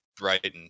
brighton